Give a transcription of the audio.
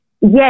yes